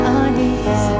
eyes